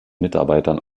mitarbeitern